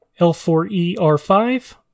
L4ER5